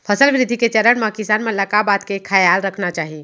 फसल वृद्धि के चरण म किसान मन ला का का बात के खयाल रखना चाही?